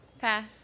Pass